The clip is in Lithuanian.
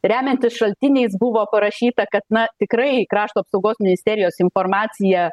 remiantis šaltiniais buvo parašyta kad na tikrai krašto apsaugos ministerijos informacija